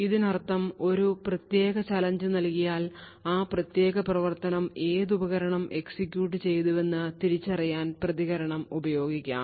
ഇതിനർത്ഥം ഒരു പ്രത്യേക ചലഞ്ച് നൽകിയാൽ ആ പ്രത്യേക പ്രവർത്തനം ഏത് ഉപകരണം എക്സിക്യൂട്ട് ചെയ്തുവെന്ന് തിരിച്ചറിയാൻ പ്രതികരണം ഉപയോഗിക്കാം